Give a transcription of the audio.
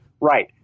Right